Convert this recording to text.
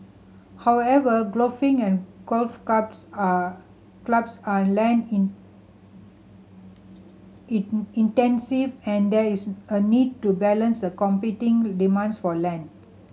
however golfing and golf clubs are clubs are land in intensive and there is a need to balance a competing demands for land